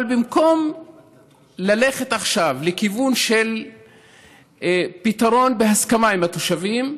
אבל במקום ללכת עכשיו לכיוון של פתרון בהסכמה עם התושבים,